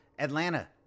Atlanta